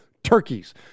turkeys